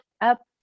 up